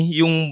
yung